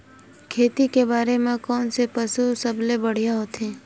खेती करे बर कोन से पशु सबले बढ़िया होथे?